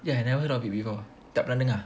yeah I never heard of it before tak pernah dengar